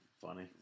funny